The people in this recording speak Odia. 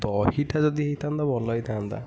ଦହି ଟା ଯଦି ହେଇଥାନ୍ତା ଭଲ ହେଇଥାନ୍ତା